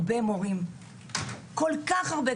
אבל יש כל כך הרבה מורים ומנהלים שאכפת להם,